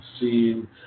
seen